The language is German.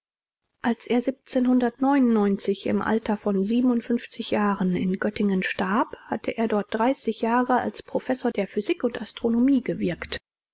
als er im alter von jahren in göttingen starb hatte er dort dreißig jahre als professor der physik und astronomie gewirkt